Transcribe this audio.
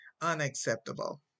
unacceptable